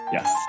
Yes